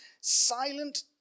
silent